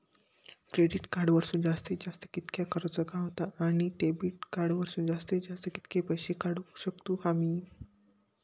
Credit card वरसून जास्तीत जास्त कितक्या कर्ज गावता, आणि डेबिट कार्ड वरसून जास्तीत जास्त कितके पैसे काढुक शकतू आम्ही?